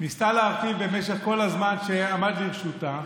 ניסתה להרכיב במשך כל הזמן שעמד לרשותה,